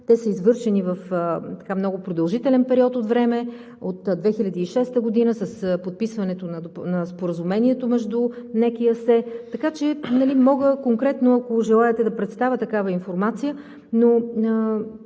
Те са извършени в много продължителен период от време – от 2006 г., с подписването на Споразумението между НЕК и АСЕ. Така че мога конкретно, ако желаете, да представя такава информация, но